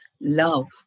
love